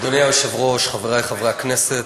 אדוני היושב-ראש, חברי חברי הכנסת,